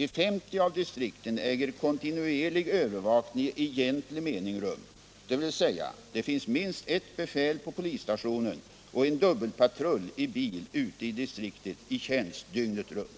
I 50 av distrikten äger kontinuerlig övervakning i egentlig mening rum, dvs. det finns minst ett befäl på polisstationen och en dubbelpatrull i bil ute i distriktet i tjänst dygnet runt.